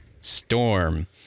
storm